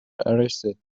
arrested